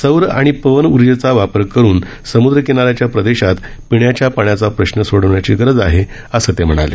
सौर आणि पवन ऊर्जेचा वापर करुन समुद्रकिनाऱ्याच्या प्रदेशात पिण्याच्या पाण्याचा प्रश्न सोडवण्याची गरज आहे असं ते म्हणाले